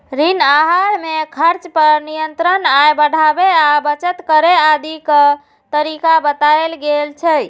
ऋण आहार मे खर्च पर नियंत्रण, आय बढ़ाबै आ बचत करै आदिक तरीका बतायल गेल छै